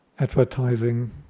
advertising